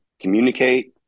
communicate